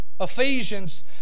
ephesians